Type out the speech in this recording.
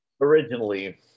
originally